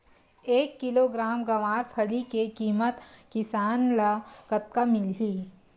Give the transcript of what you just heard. एक किलोग्राम गवारफली के किमत किसान ल कतका मिलही?